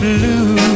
Blue